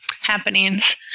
happenings